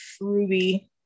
Ruby